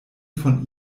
von